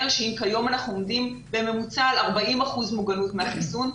שאם כיום אנחנו עומדים בממוצע על 40 אחוזים מוגנות מהחיסון,